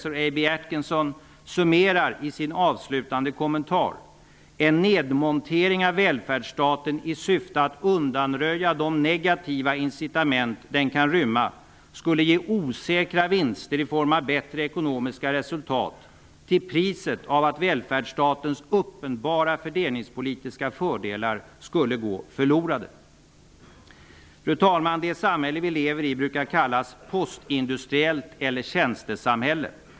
Atkinson, summerar i sin avslutande kommentar: ''En nedmontering av välfärdsstaten i syfte att undanröja de negativa incitament den kan rymma skulle ge osäkra vinster i form av bättre ekonomiska resultat till priset av att välfärdsstatens uppenbara fördelningspolitiska fördelar skulle gå förlorade.'' Fru talman! Det samhälle vi lever i brukar kallas postindustriellt eller tjänstesamhälle.